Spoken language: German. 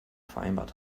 vereinbart